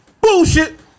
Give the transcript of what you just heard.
Bullshit